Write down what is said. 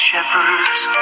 Shepherds